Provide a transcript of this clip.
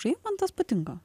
šiaip man tas patinka